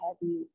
heavy